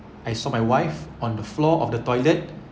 I saw my wife on the floor of the toilet